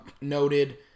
noted